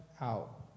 out